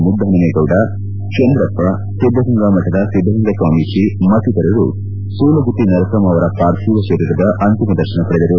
ಮುದ್ದಹನುಮೇಗೌಡ ಚಂದ್ರಪ್ಪ ಸಿದ್ದಗಂಗಾ ಮಠದ ಸಿದ್ದಲಿಂಗ ಸ್ವಾಮೀಜಿ ಮತ್ತಿತರರು ಸೂಲಗಿತ್ತಿ ನರಸಮ್ನ ಅವರ ಪಾರ್ಥೀವ ಶರೀರದ ಅಂತಿಮ ದರ್ಶನ ಪಡೆದರು